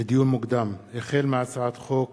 לדיון מוקדם: החל בהצעת חוק